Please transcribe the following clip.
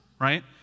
right